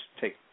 take